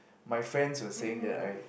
my friends were saying that I